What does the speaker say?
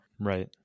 Right